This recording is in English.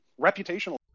reputational